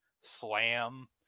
slam